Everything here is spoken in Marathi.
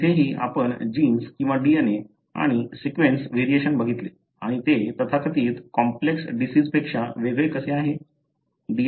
तिथेही आपण जीन्स किंवा DNA आणि सीक्वेन्स व्हेरिएशन बघितले आणि ते तथाकथित कॉम्प्लेक्स डिसिजपेक्षा वेगळे कसे आहे